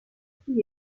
qui